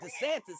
DeSantis